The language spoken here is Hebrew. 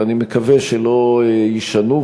ואני מקווה שהם לא יישנו,